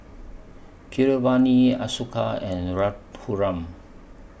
Keeravani Ashoka and Raghuram